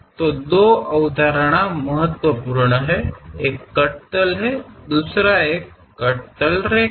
तो दो अवधारणाएं महत्वपूर्ण हैं एक कट तल है दूसरा एक कट तल रेखा